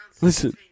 Listen